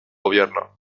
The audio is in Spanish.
gobierno